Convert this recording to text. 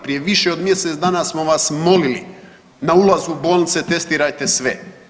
Prije više od mjesec dana smo vas molili na ulazu u bolnice testirajte sve.